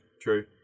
true